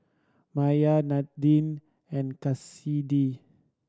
Maiya Nadine and Kassidy